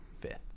Fifth